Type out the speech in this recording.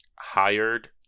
Hired